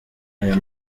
aya